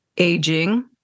Aging